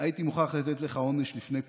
הייתי מוכרח לתת לך עונש לפני כולם,